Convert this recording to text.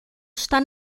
está